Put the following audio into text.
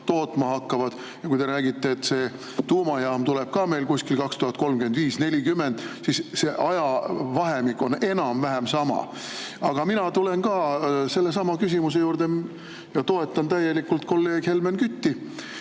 tootma hakkavad. Kui te räägite, et see tuumajaam tuleb ka meil kuskil 2035–2040, siis see ajavahemik on enam-vähem sama. Aga mina tulen ka sellesama küsimuse juurde ja toetan täielikult kolleeg Helmen Kütti: